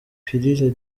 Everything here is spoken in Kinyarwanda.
pilule